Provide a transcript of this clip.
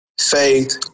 faith